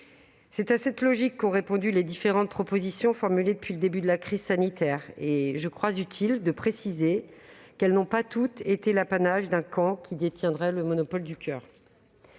C'est à cette logique qu'ont répondu les différentes propositions formulées depuis le début de la crise sanitaire. Et je crois utile de préciser qu'elles n'ont pas été l'apanage d'un seul camp, qui détiendrait le monopole du coeur.